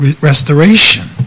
restoration